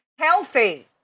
healthy